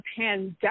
pandemic